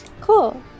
Cool